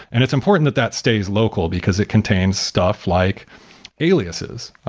and it's important that that stays local, because it contains stuff like aliases.